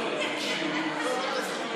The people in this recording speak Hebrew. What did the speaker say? כפי שאמרתי בנאום הקודם,